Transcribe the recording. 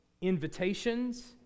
invitations